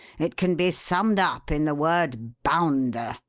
it can be summed up in the word bounder.